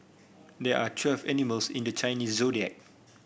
there are twelve animals in the Chinese Zodiac